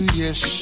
yes